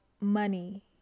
money